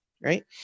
right